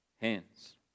hands